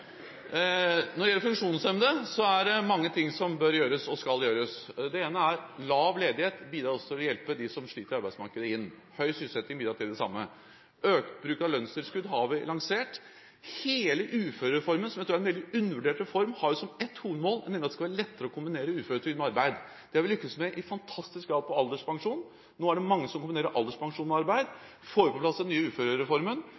Når det gjelder funksjonshemmede, er det mange ting som bør gjøres og skal gjøres. Det ene er at lav ledighet også bidrar til å hjelpe dem som sliter i arbeidsmarkedet, inn. Høy sysselsetting bidrar til det samme. Vi har også lansert økt bruk av lønnstilskudd. Hele uførereformen, som jeg tror er en veldig undervurdert reform, har ett hovedmål, nemlig at det skal være lettere å kombinere uføretrygd med arbeid. Det har vi lyktes med i fantastisk grad når det gjelder alderspensjon. Nå er det mange som kombinerer alderspensjon